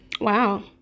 Wow